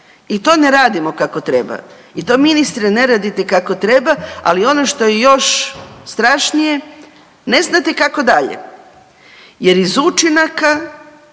i to ne radimo kako treba i to ministre ne radite kako treba, ali ono što je još strašnije ne znate kako dalje jer iz učinaka,